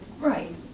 Right